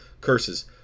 curses